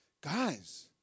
Guys